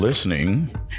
Listening